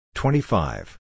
twenty-five